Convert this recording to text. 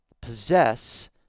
possess